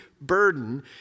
burden